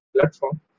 platform